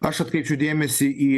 aš atkreipčiau dėmesį į